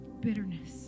bitterness